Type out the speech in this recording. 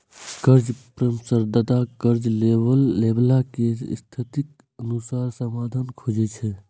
कर्ज परामर्शदाता कर्ज लैबला के स्थितिक अनुसार समाधान खोजै छै